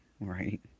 right